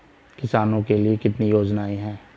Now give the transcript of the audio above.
किसानों के लिए कितनी योजनाएं हैं?